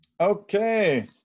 Okay